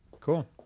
cool